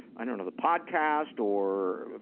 i don't know, the podcast or,